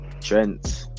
Trent